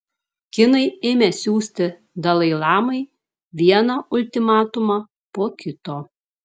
kinai ėmė siųsti dalai lamai vieną ultimatumą po kito